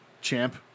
champ